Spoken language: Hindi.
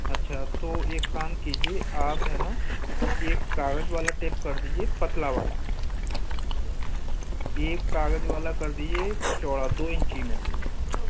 अच्छा तो एक काम कीजिए आप हैं ना एक कागज वाला टेप कर दीजिए पतला वाला एक कागज वाला कर दीजिए चौड़ा दो इंची में